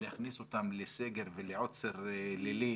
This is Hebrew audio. להכניס אותם לסגר ולעוצר לילי